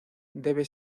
debe